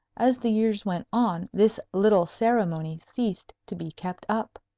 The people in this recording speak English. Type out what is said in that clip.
as the years went on this little ceremony ceased to be kept up.